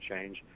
change